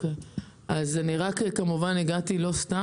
אז אני הגעתי לא סתם,